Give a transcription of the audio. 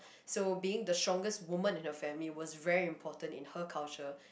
so being the strongest woman in a family was very important in her culture